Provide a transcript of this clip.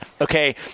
okay